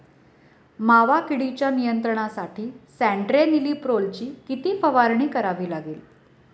मावा किडीच्या नियंत्रणासाठी स्यान्ट्रेनिलीप्रोलची किती फवारणी करावी लागेल?